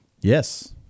Yes